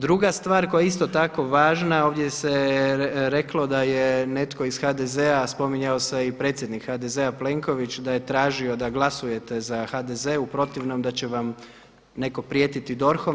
Druga stvar koja je isto tako važna, ovdje se reklo da je netko iz HDZ-a, spominjao se i predsjednik HDZ-a Plenković da je tražio da glasujete za HDZ u protivnom da će vam netko prijetiti DORH-om.